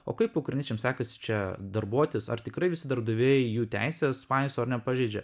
o kaip ukrainiečiams sekasi čia darbuotis ar tikrai visi darbdaviai jų teisės paiso nepažeidžia